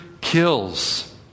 Kills